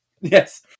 Yes